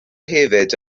hefyd